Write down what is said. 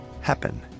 happen